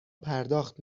پرداخت